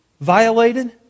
violated